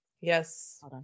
Yes